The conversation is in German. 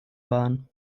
waren